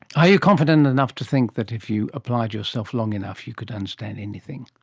are you confident enough to think that if you applied yourself long enough you could understand anything?